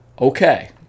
okay